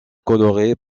colorés